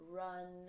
run